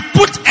put